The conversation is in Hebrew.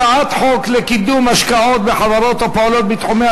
הצעת חוק לקידום השקעות בחברות הפועלות בתחומי